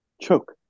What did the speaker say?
Choke